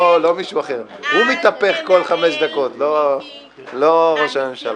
הוא מתהפך כל חמש דקות לא ראש הממשלה.